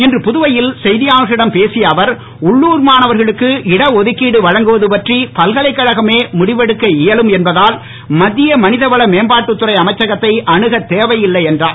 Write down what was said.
இன்று புதுவையில் செய்தியாளர்களிடம் பேசிய அவர் உள்ளூர் மாணவர்களுக்கு இட ஒதுக்கிடு வழங்குவது பற்றி பல்கலைக்கழகமே முடிவெடுக்க இயலும் என்பதால் மத்திய மனிதவள மேம்பாட்டத்துறை அமைச்சகத்தை அணுகத் தேவையில்லை என்றார்